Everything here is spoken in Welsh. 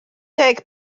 deg